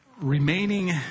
Remaining